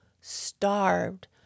starved